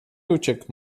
uciekł